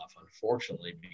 unfortunately